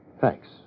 Thanks